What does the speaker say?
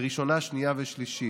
ראשונה, שנייה ושלישית.